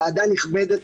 ועדה נכבדת,